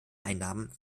einnahmen